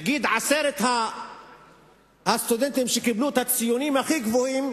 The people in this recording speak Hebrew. נגיד עשרת הסטודנטים שקיבלו את הציונים הכי גבוהים,